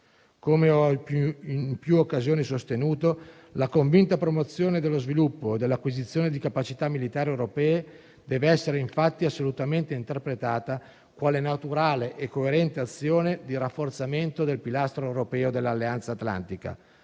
Come ho in più occasioni sostenuto, la convinta promozione dello sviluppo e dell'acquisizione di capacità militari europee deve essere infatti assolutamente interpretata quale naturale e coerente azione di rafforzamento del pilastro europeo dell'Alleanza atlantica,